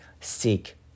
seek